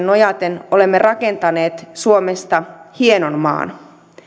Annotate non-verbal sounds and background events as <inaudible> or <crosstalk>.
<unintelligible> nojaten olemme rakentaneet suomesta hienon maan